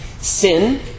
Sin